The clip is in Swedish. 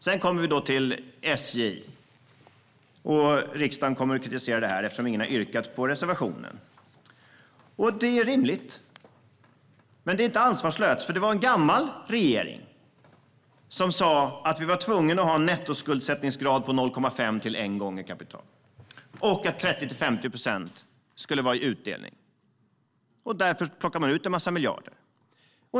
Sedan kommer vi till SJ, och riksdagen kommer att kritisera detta eftersom ingen har yrkat bifall till reservationen. Det är rimligt. Men detta är inte ansvarslöst, eftersom det var en gammal regering som sa att vi var tvungna att ha en nettoskuldsättningsgrad på 0,5-1 gånger kapitalet och att 30-50 procent skulle vara utdelning. Därför plockade man ut en massa miljarder.